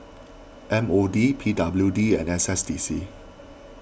M O D P W D and S S D C